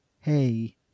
hey